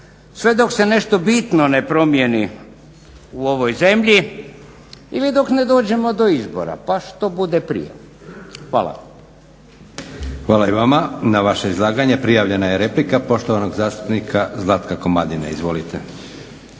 Sve dok se nešto bitno ne promijeni u ovoj zemlji ili dok ne dođemo do izbora pa što bude prije. Hvala. **Leko, Josip (SDP)** Hvala i vama. Na vaše izlaganje prijavljena je replika poštovanog zastupnika Zlatka Komadine. Izvolite.